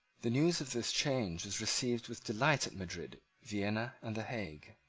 the news of this change was received with delight at madrid, vienna, and the hague.